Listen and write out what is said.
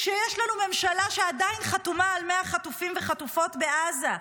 כשיש לנו ממשלה שעדיין חתומה על 100 חטופים וחטופות בעזה?